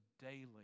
daily